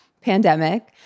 pandemic